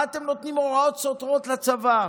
מה אתם נותנים הוראות סותרות לצבא?